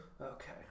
Okay